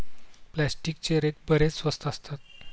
प्लास्टिकचे रेक बरेच स्वस्त असतात